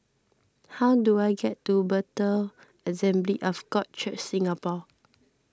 how do I get to Bethel Assembly of God Church Singapore